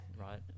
right